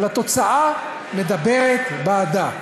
אבל התוצאה מדברת בעדה.